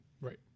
Right